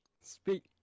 Speak